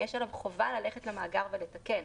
יש עליו חובה ללכת למאגר לתקן.